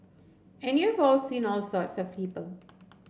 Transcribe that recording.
and you've all seen all sorts of people